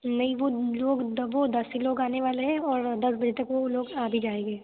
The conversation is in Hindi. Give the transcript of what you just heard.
नहीं वो लोग वो दस ही लोग आने वाले हैं और दस बजे तक वो लोग आ भी जाएंगे